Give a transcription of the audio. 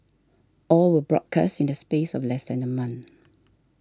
all were broadcast in the space of less than a month